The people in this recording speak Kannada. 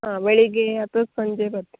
ಹಾಂ ಬೆಳಿಗ್ಗೆ ಅಥವಾ ಸಂಜೆ ಬರ್ತೆ